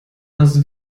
das